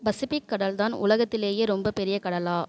Pacific கடல்தான் உலகத்திலேயே ரொம்ப பெரிய கடலா